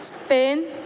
Spain